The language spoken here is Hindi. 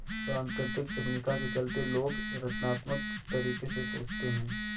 सांस्कृतिक उद्यमिता के चलते लोग रचनात्मक तरीके से सोचते हैं